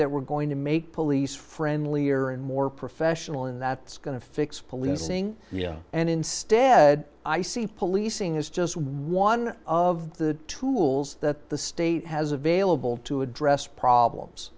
that we're going to make police friendlier and more professional and that's going to fix policing and instead i see policing is just one of the tools that the state has available to address problems